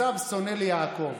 עשו שונא ליעקב.